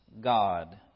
God